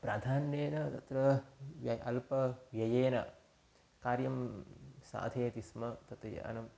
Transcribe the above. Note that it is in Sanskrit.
प्राधान्येन तत्र अल्पव्ययेन कार्यं साधयति स्म तत् यानम्